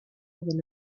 iddyn